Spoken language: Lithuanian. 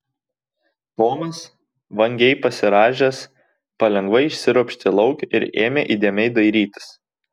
tomas vangiai pasirąžęs palengva išsiropštė lauk ir ėmė įdėmiai dairytis